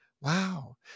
Wow